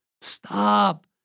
Stop